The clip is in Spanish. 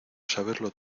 saberlo